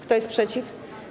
Kto jest przeciw?